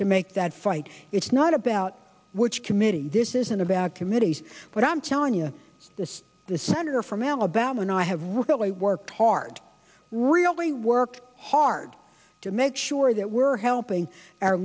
to make that fight it's not about which committee this isn't about committees but i'm telling you this the senator from alabama and i have really worked hard really worked hard to make sure that we're helping our